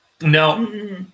No